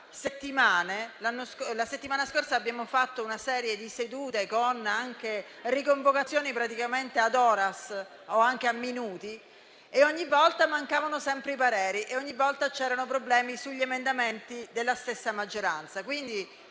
la settimana scorsa abbiamo fatto una serie di sedute, con riconvocazioni praticamente *ad horas* o anche a minuti, e ogni volta mancavano i pareri o c'erano problemi sugli emendamenti della stessa maggioranza.